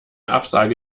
absage